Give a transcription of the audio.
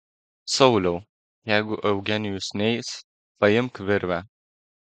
sauliau jeigu eugenijus neis paimk virvę